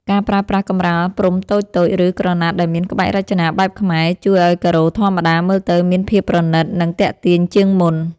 ការប្រើប្រាស់កម្រាលព្រំតូចៗ ឬក្រណាត់ដែលមានក្បាច់រចនាបែបខ្មែរ ជួយឱ្យការ៉ូធម្មតាមើលទៅមានភាពប្រណីត និងទាក់ទាញជាងមុន។